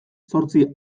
zortzi